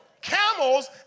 camels